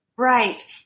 Right